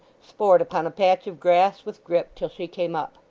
sport upon a patch of grass with grip till she came up.